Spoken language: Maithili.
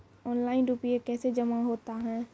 ऑनलाइन रुपये कैसे जमा होता हैं?